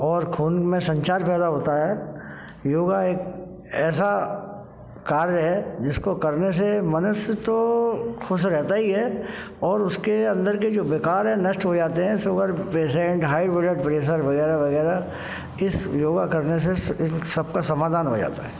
और खून में संचार पैदा होता है योगा एक ऐसा कार्य है जिसको करने से मनुष्य तो खुश हो रहता ही है और उसके अंदर के जो विकार है नष्ट हो जाते हैं sugar patient high blood pressure वगैरह वगैरह इस योगा करने से सबका समाधान हो जाता है